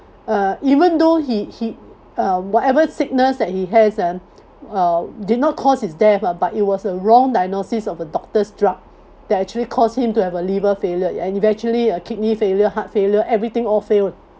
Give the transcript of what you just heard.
uh even though he he uh whatever sickness that he has and uh did not caused his death ah but it was a wrong diagnosis of a doctor's drug that actually caused him to have a liver failure and eventually a kidney failure heart failure everything all failed